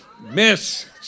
Miss